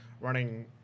running